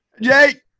Jake